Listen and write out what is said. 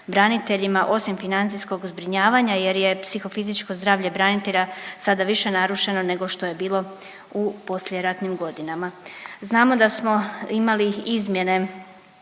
braniteljima, osim financijskog zbrinjavanja jer je psihofizičko zdravlje branitelja sada više narušeno nego što je bilo u poslijeratnim godinama. Znamo da smo imali izmjene